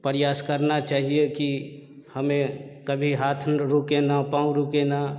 प्रयास करना चाहिए कि हमें कभी हाथन रूके न पाँव रुके न